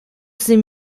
sie